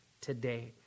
today